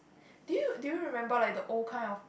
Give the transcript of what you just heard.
do you do you remember like the old kind of